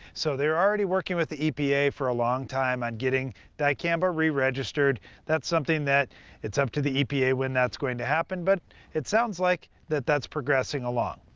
so they were already working with the epa for a long time on getting dicamba re-registered that's something that it's up to the epa when that's going to happen, but it sounds like that that's progressing along.